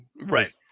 right